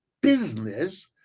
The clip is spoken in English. business